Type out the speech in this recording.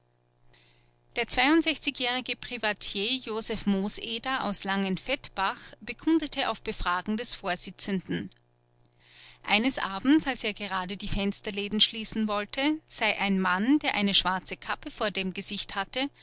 der jährige privatier josef mooseder aus langenfettbach bekundete auf befragen des vorsitzenden eines abends als er gerade die fensterläden schließen wollte sei ein mann der eine schwarze kappe vor dem gesicht hatte